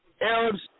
Arabs